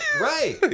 right